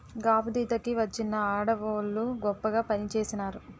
గాబుదీత కి వచ్చిన ఆడవోళ్ళు గొప్పగా పనిచేసినారు